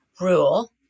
rule